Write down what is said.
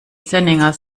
senninger